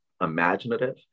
imaginative